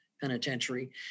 penitentiary